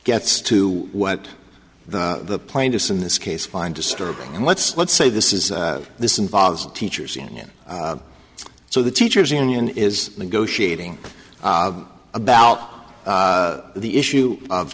gets to what the plaintiffs in this case find disturbing and let's let's say this is this involves teachers union so the teachers union is negotiating about the issue of